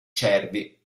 cervi